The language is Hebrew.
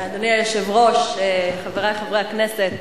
אדוני היושב-ראש, חברי חברי הכנסת,